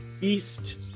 east